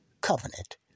covenant